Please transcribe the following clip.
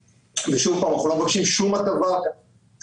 שוב, אנחנו לא מבקשים שום הטבה ---,